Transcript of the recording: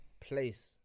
place